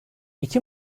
i̇ki